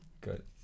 Good